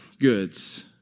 goods